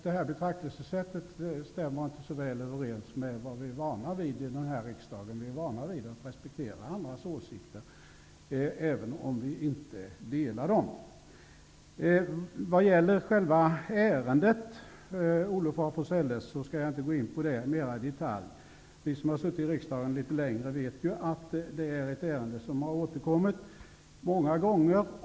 Detta betraktelsesätt stämmer inte så väl överens med vad vi i den här riksdagen är vana vid. Vi är vana vid att respektera varandras åsikter, även om vi inte delar dem. Ärendet Olof av Forselles tänker jag inte gå in på mer i detalj. Vi som har suttit litet längre i riksdagen vet ju att detta ärende återkommit många gånger.